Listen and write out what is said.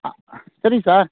சரிங் சார்